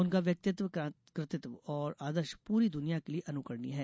उनका व्यक्तित्व कृतित्व और आदर्श पूरी दुनिया के लिये अनुकरणीय है